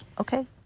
okay